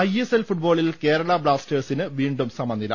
I S L ഫുട്ബോളിൽ കേരള ബ്ലാസ്റ്റേഴ്സിന് വീണ്ടും സമനി ല